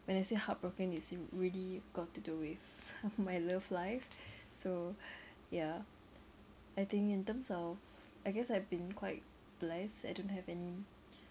when I say heartbroken it's really got to do with my love life so ya I think in terms of I guess I've been quite blessed I don't have any